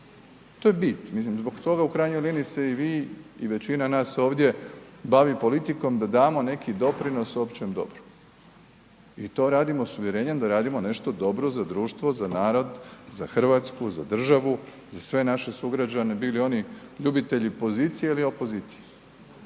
To je bi, mislim zbog toga u krajnjoj liniji se i vi i većina nas ovdje bavi politikom da damo neki doprinos općem dobru i to radimo s uvjerenjem da radimo nešto dobro za društvo, za narod, za Hrvatsku, za državu, za sve naše sugrađane bili oni ljubitelji pozicije ili opozicije.